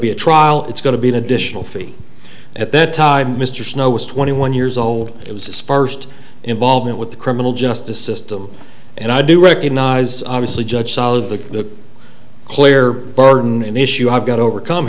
be a trial it's going to be an additional fee at that time mr snow was twenty one years old it was his first involvement with the criminal justice system and i do recognize obviously judge salo the clare burden an issue i've got to overcome